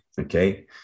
okay